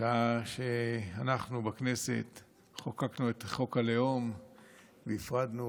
בשעה שאנחנו בכנסת חוקקנו את חוק הלאום והפרדנו